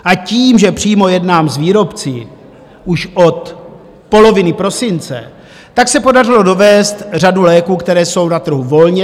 A tím, že přímo jednám s výrobci už od poloviny prosince, se podařilo dovézt řadu léků, které jsou na trhu volně.